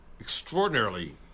extraordinarily